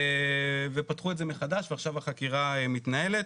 ופתחו את זה מחדש, ועכשיו החקירה מתנהלת,